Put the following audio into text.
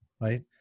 right